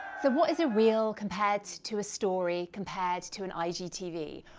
so what is a reel compared so to a story, compared to an igtv?